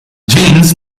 jeans